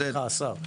סליחה, השר.